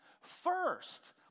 First